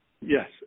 Yes